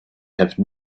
have